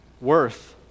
worth